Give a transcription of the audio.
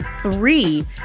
three